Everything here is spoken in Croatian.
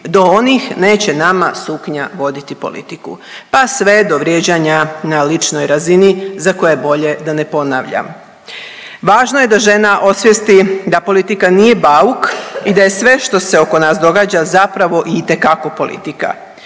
do onih neće nama suknja voditi politiku. Pa sve do vrijeđanja na ličnoj razini za koje je bolje da ne ponavljam. Važno je žena osvijesti da politika nije bauk i da je sve što se oko nas događa zapravo itekako politika.